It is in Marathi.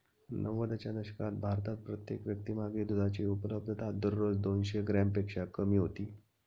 नव्वदच्या दशकात भारतात प्रत्येक व्यक्तीमागे दुधाची उपलब्धता दररोज दोनशे ग्रॅमपेक्षा कमी होती